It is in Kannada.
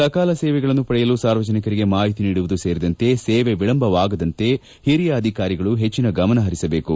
ಸಕಾಲ ಸೇವೆಗಳನ್ನು ಪಡೆಯಲು ಸಾರ್ವಜನಿಕರಿಗೆ ಮಾಹಿತಿ ನೀಡುವುದು ಸೇರಿದಂತೆ ಸೇವೆ ವಿಳಂಬವಾಗದಂತೆ ಹಿರಿಯ ಅಧಿಕಾರಿಗಳು ಹೆಚ್ಚಿನ ಗಮನ ಹರಿಸಬೇಕು